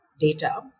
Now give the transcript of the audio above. data